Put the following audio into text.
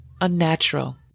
unnatural